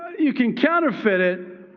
you can counterfeit it?